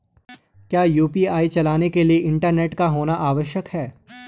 क्या यु.पी.आई चलाने के लिए इंटरनेट का होना आवश्यक है?